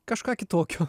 kažką kitokio